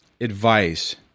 advice